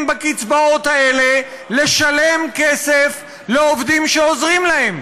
בקצבאות האלה לשלם כסף לעובדים שעוזרים להם,